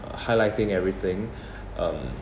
uh highlighting everything um